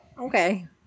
Okay